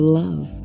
love